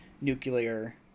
nuclear